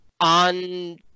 on